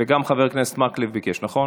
גם חבר הכנסת מקלב ביקש, נכון?